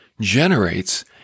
generates